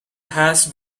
has